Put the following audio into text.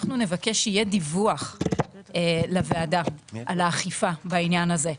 אנחנו נבקש שיהיה דיווח לוועדה על האכיפה בעניין הזה.